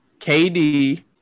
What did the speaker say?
KD